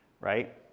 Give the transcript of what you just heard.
right